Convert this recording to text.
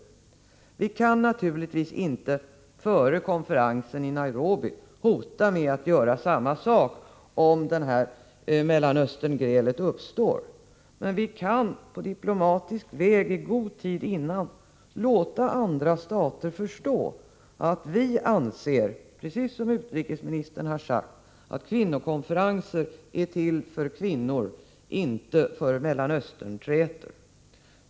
Vi kan naturligtvis inte före konferensen i Nairobi hota att göra samma sak om Mellanösterngrälet återuppstår, men vi kan på diplomatisk väg i god tid dessförinnan låta andra stater förstå att vi anser, precis som utrikesministern har sagt, att kvinnokonferenser är till för kvinnor, inte för Mellanösternträtor.